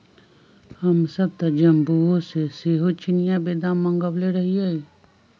हमसभ तऽ जम्मूओ से सेहो चिनियाँ बेदाम मँगवएले रहीयइ